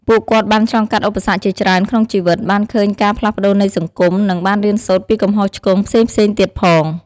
ពួកគាត់បានឆ្លងកាត់ឧបសគ្គជាច្រើនក្នុងជីវិត បានឃើញការផ្លាស់ប្តូរនៃសង្គម និងបានរៀនសូត្រពីកំហុសឆ្គងផ្សេងៗទៀតផង។